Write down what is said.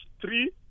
three